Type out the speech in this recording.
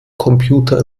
computer